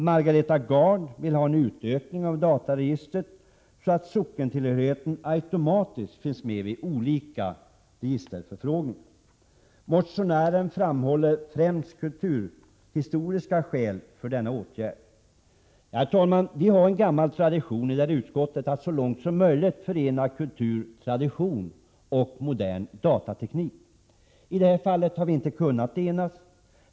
Margareta Gard vill ha en utökning av dataregistret, så att sockentillhörigheten automatiskt finns med vid olika registerförfrågningar. Motionären framhåller främst kulturhistoriska skäl för denna åtgärd. Herr talman! Vi har en tradition i utskottet att så långt som möjligt förena kultur och tradition med modern datateknik. I det här fallet har vi inte kunnat enas.